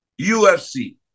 UFC